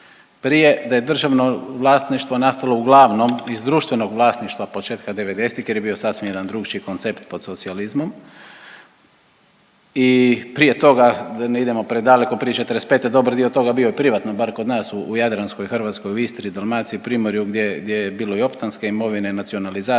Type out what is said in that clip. prije da je državno vlasništvo nastalo uglavnom iz društvenog vlasništva početka 90-ih jer je bio sasvim jedan drukčiji koncept pod socijalizmom i prije toga da ne idemo predaleko prije '45. dobar dio toga bio je privatno, bar kod nas u jadranskoj Hrvatskoj, u Istri, Dalmaciji, Primorju gdje je bilo i optantske imovine, nacionalizacije